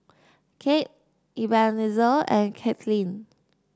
Cade Ebenezer and Katelin